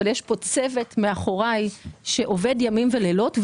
אבל יש פה צוות מאחוריי שעובד ימים ולילות,